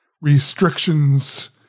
restrictions